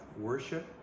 worship